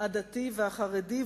הדתי והחרדי,